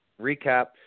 recap